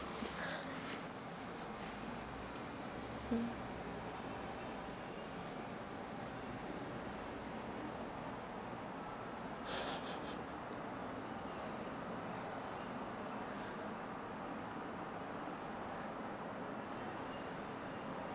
mm